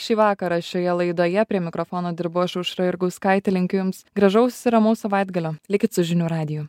šį vakarą šioje laidoje prie mikrofono dirbau aš aušra jurgauskaitė linkiu jums gražaus ir ramaus savaitgalio likit su žinių radiju